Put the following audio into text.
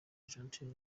argentine